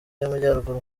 y’amajyaruguru